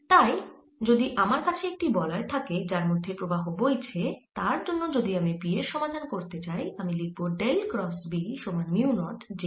তাই যদি আমার কাছে একটি বলয় থাকে যার মধ্যে I প্রবাহ বইছে তার জন্য যদি আমি B এর সমাধান করতে চাই আমি লিখব ডেল ক্রস B সমান মিউ নট j